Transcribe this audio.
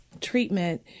treatment